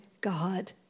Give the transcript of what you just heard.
God